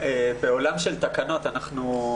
אני חושבת שזה בהחלט רגע מרגש ומשמח,